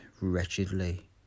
wretchedly